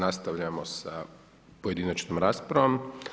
Nastavljamo sa pojedinačnom raspravom.